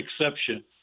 exception